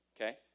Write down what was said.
okay